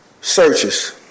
searches